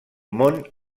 món